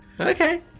Okay